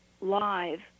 live